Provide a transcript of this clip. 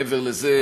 מעבר לזה,